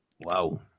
Wow